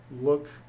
look